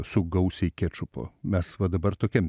su gausiai kečupo mes va dabar tokiam